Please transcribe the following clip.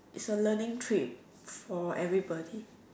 is a learning trip for everybody